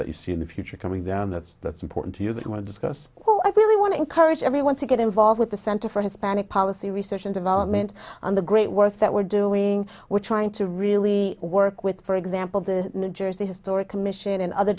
that you see in the future coming down that's that's important to you that will discuss what we want to encourage everyone to get involved with the center for hispanic policy research and development on the great work that we're doing we're trying to really work with for example the new jersey historic commission and other